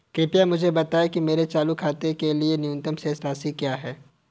कृपया मुझे बताएं कि मेरे चालू खाते के लिए न्यूनतम शेष राशि क्या है?